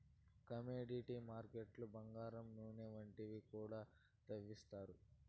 commodity మార్కెట్లు బంగారం నూనె వంటివి కూడా తవ్విత్తారు